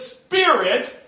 Spirit